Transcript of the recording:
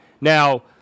Now